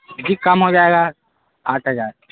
جی کم ہو جائے گا آٹھ ہزار